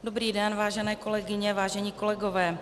Dobrý den, vážené kolegyně, vážení kolegové.